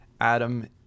Adam